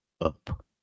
up